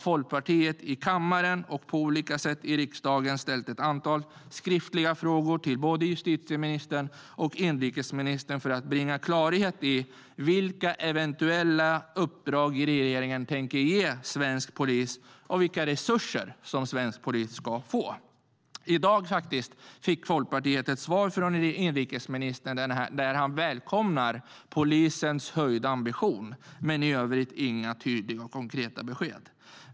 Folkpartiet har ställt ett antal skriftliga frågor till både justitieministern och inrikesministern för att bringa klarhet i vilka eventuella uppdrag regeringen avser att ge svensk polis, vilka resurser som kommer avsättas etcetera. I dag fick Folkpartiet ett svar från inrikesministern där han välkomnar polisens höjda ambition, men i övrigt innehöll svaret inga tydliga och konkreta besked.